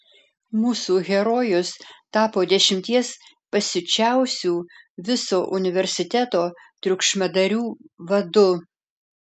mūsų herojus tapo dešimties pasiučiausių viso universiteto triukšmadarių vadu